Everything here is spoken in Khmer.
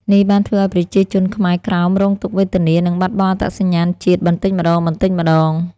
នេះបានធ្វើឱ្យប្រជាជនខ្មែរក្រោមរងទុក្ខវេទនា និងបាត់បង់អត្តសញ្ញាណជាតិបន្តិចម្ដងៗ។